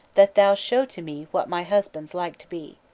that thou show to me what my husband's like to be.